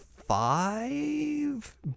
five